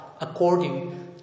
according